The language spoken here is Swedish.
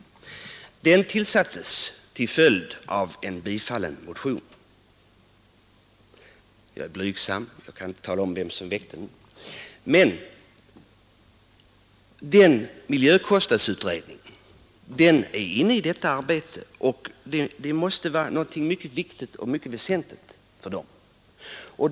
Miljökostnadsutredningen tillsattes till följd av en bifallen motion. Miljökostnadsutredningen deltar i detta arbete, och det måste vara något mycket väsentligt för den.